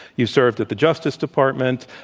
you served at the justice department.